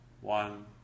one